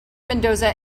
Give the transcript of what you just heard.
mendoza